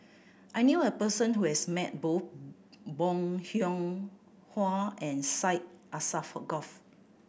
I knew a person who has met both Bong Hiong Hwa and Syed Alsagoff